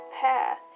path